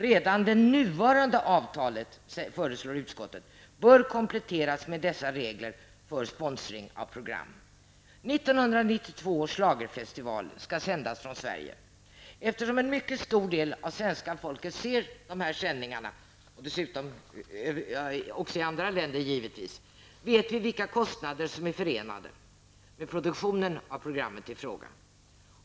Redan det nuvarande avtalet, föreslår utskottet, bör kompletteras med dessa regler för sponsring av program. En mycket stor del av svenska folket ser dessa sändningar, vilket givetvis människor även i andra länder gör, och vi vet vilka kostnader som är förenade med produktionen av programmet i fråga.